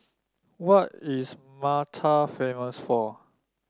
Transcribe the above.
what is Malta famous for